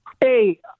Hey